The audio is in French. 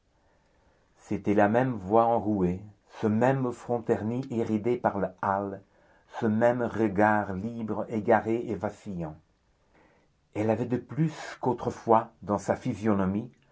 c'était cette même voix enrouée ce même front terni et ridé par le hâle ce même regard libre égaré et vacillant elle avait de plus qu'autrefois dans la physionomie